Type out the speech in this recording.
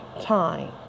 time